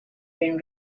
been